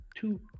two